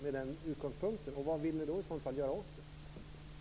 Vad vill ni i så fall göra åt det?